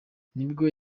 nibwo